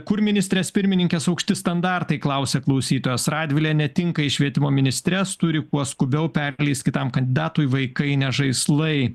kur ministrės pirmininkės aukšti standartai klausia klausytojas radvilė netinka į švietimo ministres turi kuo skubiau perleist kitam kandidatui vaikai ne žaislai